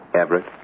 Everett